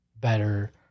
better